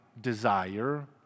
desire